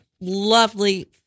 lovely